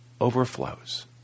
overflows